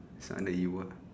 is under you [what]